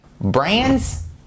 Brands